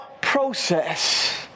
Process